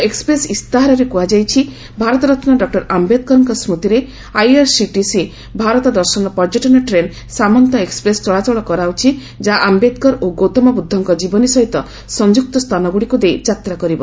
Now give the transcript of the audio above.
ଏକ ପ୍ରେସ ଇସ୍ତାହାରରେ କୁହାଯାଇଛି ଭାରତରତ୍ନ ଡକୁର ଆମ୍ବେଦକରଙ୍କ ସ୍କୁତିରେ ଆଇଆରସିଟିସି ଭାରତ ଦର୍ଶନ ପର୍ଯ୍ୟଟନ ଟ୍ରେନ ସାମନ୍ତ ଏକୁପ୍ରେସ ଚଳାଚଳ କରାଉଛି ଯାହା ଆୟେଦକର ଓ ଗୌତମ ବୁଦ୍ଧଙ୍କ ଜୀବନୀ ସହିତ ସଂଯୁକ୍ତ ସ୍ଥାନଗୁଡିକୁ ଦେଇ ଯାତ୍ରା କରିବ